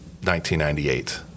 1998